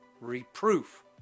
Reproof